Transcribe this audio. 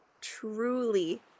truly